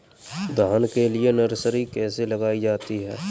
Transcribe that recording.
धान के लिए नर्सरी कैसे लगाई जाती है?